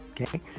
Okay